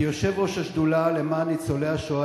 כיושב-ראש השדולה למען ניצולי השואה,